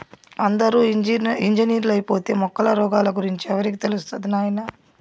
అందరూ ఇంజనీర్లైపోతే మొక్కల రోగాల గురించి ఎవరికి తెలుస్తది నాయనా